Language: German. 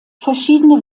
verschiedene